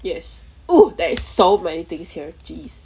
yes oh there is so many things here jeez